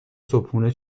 صبحونه